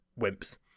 wimps